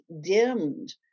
dimmed